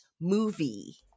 movie